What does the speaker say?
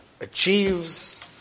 achieves